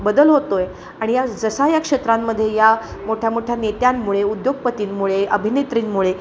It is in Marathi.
बदल होतो आहे आणि या जसा या क्षेत्रांमध्ये या मोठ्यामोठ्या नेत्यांमुळे उद्योगपतींमुळे अभिनेत्रींमुळे